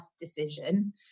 decision